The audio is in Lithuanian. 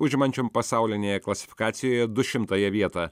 užimančiam pasaulinėje klasifikacijojedu šimtąją vietą